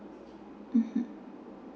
mmhmm